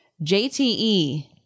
JTE